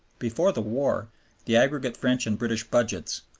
before the war the aggregate french and british budgets,